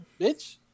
bitch